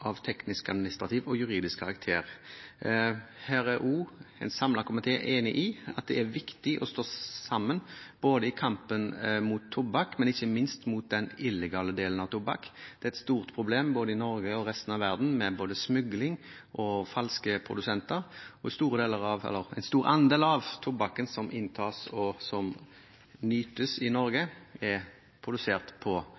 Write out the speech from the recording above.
av teknisk-administrativ og juridisk karakter. Her er en samlet komité enig i at det er viktig å stå sammen både i kampen mot tobakk og ikke minst mot den illegale delen av tobakk. Det er et stort problem både i Norge og i resten av verden med både smugling og falske produsenter, og en stor andel av tobakken som inntas, og som nytes i